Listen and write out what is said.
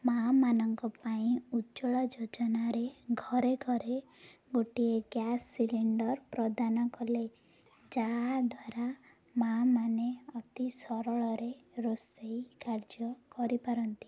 ମା' ମାନଙ୍କ ପାଇଁ ଉଜ୍ୱଳା ଯୋଜନାରେ ଘରେ ଘରେ ଗୋଟିଏ ଗ୍ୟାସ୍ ସିଲିଣ୍ଡର୍ ପ୍ରଦାନ କଲେ ଯାହାଦ୍ୱାରା ମା' ମାନେ ଅତି ସରଳରେ ରୋଷେଇ କାର୍ଯ୍ୟ କରିପାରନ୍ତି